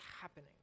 happening